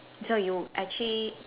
so you actually